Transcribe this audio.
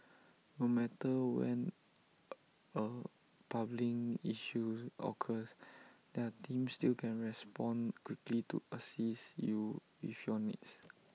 no matter when A plumbing issue occurs their team still can respond quickly to assist you with your needs